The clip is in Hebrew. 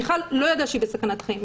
מיכל לא ידעה שהיא בסכנת חיים.